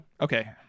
Okay